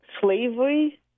slavery